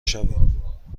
شویم